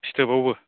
फिथोबावबो